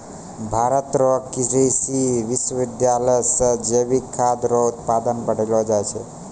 भारत रो कृषि विश्वबिद्यालय से जैविक खाद रो उत्पादन बढ़लो छै